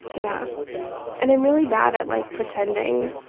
yeah and i'm really bad at like pretending.